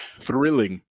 Thrilling